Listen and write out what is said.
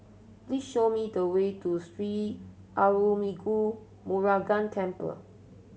please show me the way to Sri Arulmigu Murugan Temple